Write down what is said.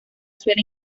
suele